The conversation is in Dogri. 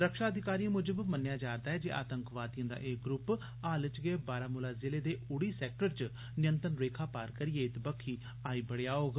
रक्षा अधिकारिएं मूजब मन्नेआ जा'रदा ऐ जे आतंकवादिएं दा एह् ग्रूप हाल च गै बारामुलाजिले दे उड़ी सेक्टर च नियंत्रण रेखा पार करियै इत्त बक्खी आई बड़ेया होग